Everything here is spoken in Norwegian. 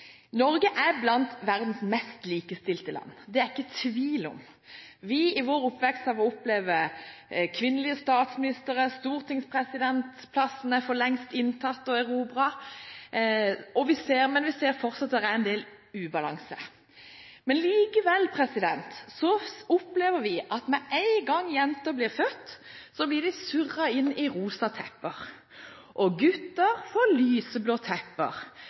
Norge er blant verdens mest likestilte land. Det er det ikke tvil om. I vår oppvekst har vi fått oppleve kvinnelig statsminister, og stortingspresidentplassen er for lengst inntatt og erobret. Men vi ser fortsatt at det er en del ubalanse. Vi opplever stadig at med en gang jenter blir født, blir de surret inn i rosa tepper. Og